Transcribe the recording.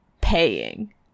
paying